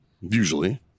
usually